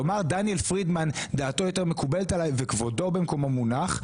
לומר שדעתו של דניאל פרידמן יותר מקובלת עלי וכבודו במקומו מונח,